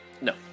no